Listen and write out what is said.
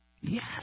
Yes